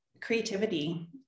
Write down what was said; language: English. creativity